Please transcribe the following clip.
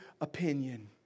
opinion